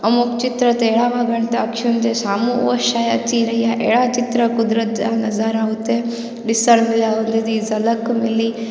ऐं मूं चित्र त अहिड़ा हुआ घणी त अख़ियुनि जे साम्हूं उहा शइ अची रही आहे अहिड़ा चित्र कुदिरत जा नज़ारा हुते ॾिसण में ईंदा हुन जी झलक मिली